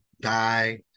die